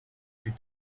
plus